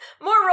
more